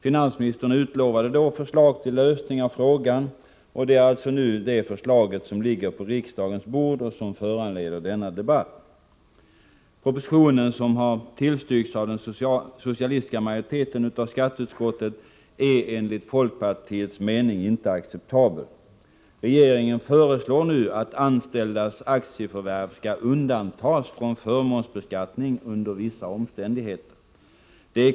Finansministern utlovade då förslag till lösning. Det är alltså detta förslag som nu ligger på riksdagens bord och som föranleder denna debatt. Propositionen, som har tillstyrkts av den socialistiska majoriteten av skatteutskottet, är enligt folkpartiets mening inte acceptabel. Regeringen föreslår nu att anställdas aktieförvärv skall undantas från förmånsbeskattning under vissa omständigheter.